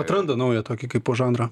atranda naują tokį kaipo žanrą